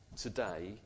today